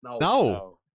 No